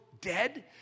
dead